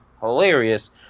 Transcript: hilarious